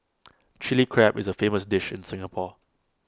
Chilli Crab is A famous dish in Singapore